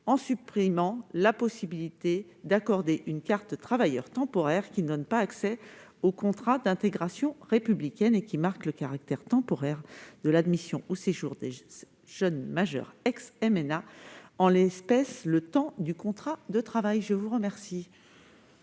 en supprimant la possibilité d'accorder une carte « travailleur temporaire », qui ne donne pas accès au contrat d'intégration républicaine et qui marque le caractère temporaire de l'admission au séjour des jeunes majeurs ex-MNA, en l'espèce le temps du contrat de travail. Quel